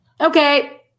Okay